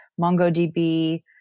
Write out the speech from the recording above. MongoDB